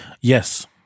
Yes